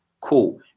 Cool